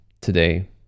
today